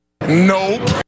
Nope